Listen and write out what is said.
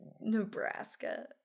Nebraska